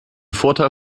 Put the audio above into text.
vorteil